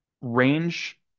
range